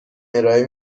ارائه